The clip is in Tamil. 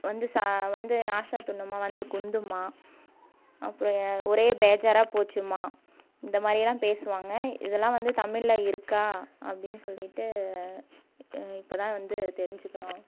வந்து சா வந்து நாஸ்த்தா துண்ணும்மா வந்து குந்தும்மா அப்புறம் ஒரே பேஜாராக போச்சும்மா இந்த மாதிரி எல்லாம் பேசுவாங்க இதலாம் வந்து தமிழில் இருக்கா அப்படின் சொல்லிட்டு இப்போ தான் வந்து தெரிஞ்சுக்கிறோம்